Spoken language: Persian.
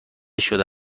شده